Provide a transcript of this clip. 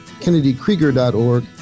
kennedykrieger.org